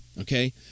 okay